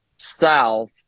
South